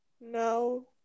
No